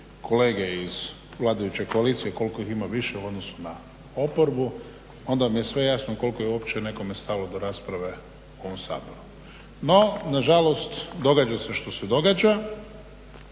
kolege iz vladajuće koalicije koliko ih ima više u odnosu na oporbu onda mi je sve jasno koliko je uopće nekome stalo do rasprave u ovom Saboru. No, na žalost događa se što se događa